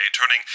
turning